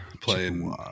playing